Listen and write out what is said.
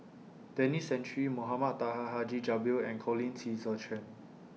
Denis Santry Mohamed Taha Haji Jamil and Colin Qi Zhe Quan